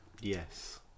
Yes